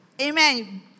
Amen